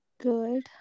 good